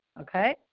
okay